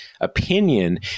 opinion